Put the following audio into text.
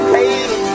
Hey